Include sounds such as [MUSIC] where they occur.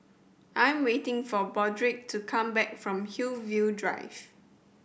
I'm waiting for [UNINTELLIGIBLE] to come back from Hillview Drive